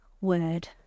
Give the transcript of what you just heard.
word